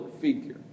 figure